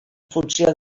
funció